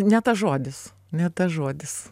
ne tas žodis ne tas žodis